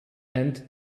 and